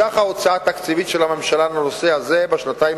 סך ההוצאה התקציבית של הממשלה לנושא הזה בשנתיים